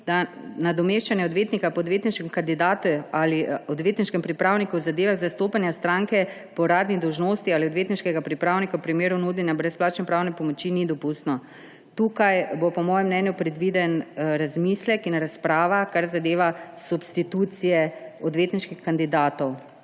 da nadomeščanje odvetnika po odvetniškem kandidatu ali odvetniškem pripravniku v zadevah zastopanja stranke po uradni dolžnosti ali odvetniškega pripravnika v primeru nudenja brezplačne pravne pomoči ni dopustno. Tukaj bo po mojem mnenju predviden razmislek in razprava, kar zadeva substitucije odvetniških kandidatov.